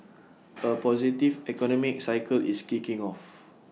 A positive economic cycle is kicking off